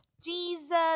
Jesus